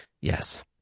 Yes